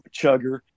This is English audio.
chugger